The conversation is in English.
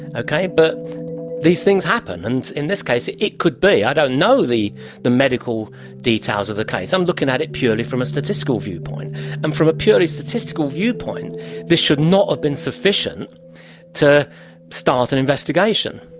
ah but these things happen, and in this case it it could be. i don't know the the medical details of the case, i'm looking at it purely from a statistical viewpoint, and from a purely statistical viewpoint this should not have been sufficient to start an investigation.